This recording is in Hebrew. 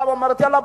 באה ואומרת: יאללה,